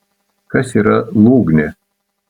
kas yra lūgnė